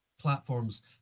platforms